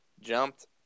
jumped